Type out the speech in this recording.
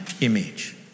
image